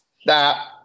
Stop